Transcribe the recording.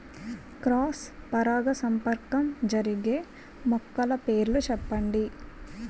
Cross పరాగసంపర్కం జరిగే మొక్కల పేర్లు చెప్పండి?